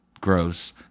gross